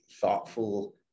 thoughtful